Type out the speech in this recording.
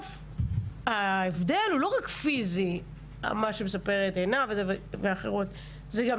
ההבדל הוא לא רק פיזי הוא גם נפשי.